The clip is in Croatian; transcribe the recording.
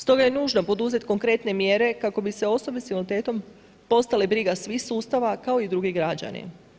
Stoga je nužno poduzet konkretne mjere kako bi osobe s invaliditetom postale briga svih sustava kao i drugi građani.